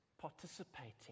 participating